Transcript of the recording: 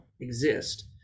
exist